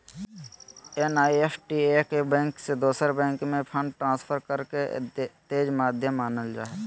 NEFT एक bank से दोसर बैंक में फंड ट्रांसफर करे के तेज माध्यम मानल जा हय